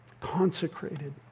consecrated